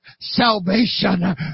salvation